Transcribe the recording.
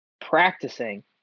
practicing